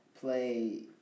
play